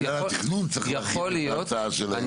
אני חושב שמינהל התכנון צריך להרחיב את ההצעה שלהם.